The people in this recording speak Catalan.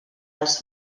els